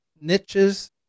niches